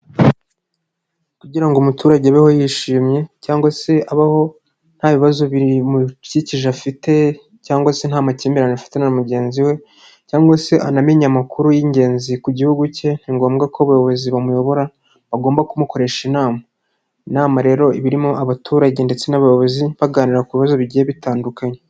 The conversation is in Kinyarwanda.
Kugira ngo umuturage abeho yishimye cyangwa se abaho nta bibazo bimukikije afite cyangwa se nta makimbirane afitanye na mugenzi we cyangwa se anamenye amakuru y'ingenzi ku gihugu ke ni ngombwa ko abayobozi bamuyobora bagomba kumukoresha inama, inama rero iba irimo abaturage ndetse n'abayobozi baganira ku bibazo bigiye bitandukanye.